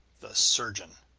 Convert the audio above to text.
the surgeon!